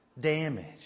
damaged